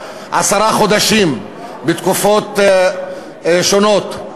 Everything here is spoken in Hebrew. עשרה חודשים בתקופות שונות,